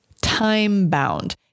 time-bound